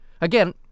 Again